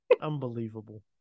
unbelievable